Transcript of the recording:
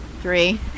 Three